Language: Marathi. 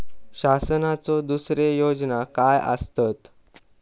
शासनाचो दुसरे योजना काय आसतत?